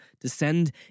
descend